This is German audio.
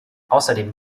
außerdem